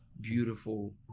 beautiful